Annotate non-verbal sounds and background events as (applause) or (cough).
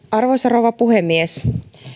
(unintelligible) arvoisa rouva puhemies